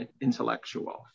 intellectual